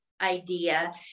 idea